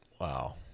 Wow